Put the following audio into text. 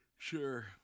Sure